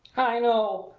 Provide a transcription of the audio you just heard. i know!